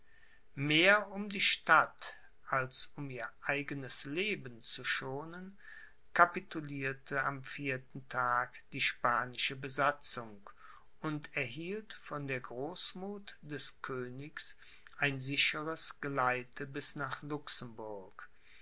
mehr um die stadt als um ihr eigenes leben zu schonen capitulierte am vierten tag die spanische besatzung und erhielt von der großmuth des königs ein sicheres geleite bis nach luxemburg